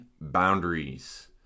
boundaries